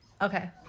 Okay